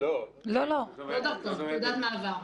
לא דרכון, תעודת מעבר.